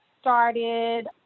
started